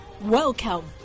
Welcome